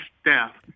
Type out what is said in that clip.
staff